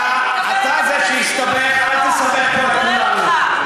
אתה זה שהסתבך, אל תסבך פה את כולנו.